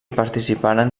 participaren